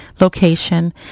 location